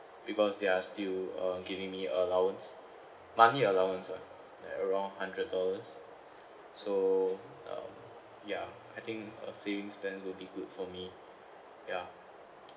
because they are still uh giving me allowance money allowance lah like around hundred dollars so um ya I think uh savings plan will be good for me ya